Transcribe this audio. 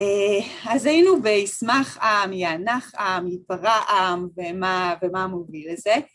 ‫אז היינו בישמח עם, יענך עם, ‫יפרע עם ומה מוביל לזה.